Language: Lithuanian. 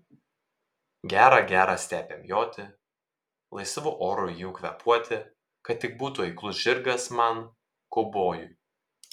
gera gera stepėm joti laisvu oru jų kvėpuoti kad tik būtų eiklus žirgas man kaubojui